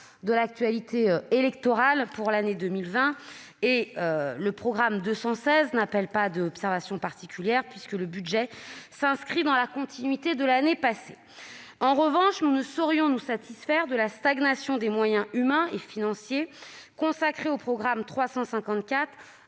de l'actualité électorale de l'année 2021 -et le programme 216, dont le budget s'inscrit dans la continuité de l'année passée. En revanche, nous ne saurions nous satisfaire de la stagnation des moyens humains et financiers consacrés au programme 354,